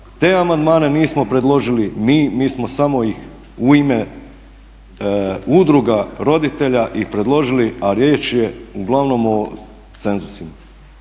Te amandmane nismo predložili mi, mi smo samo ih u ime udruga roditelja ih predložili, a riječ je uglavnom o cenzusu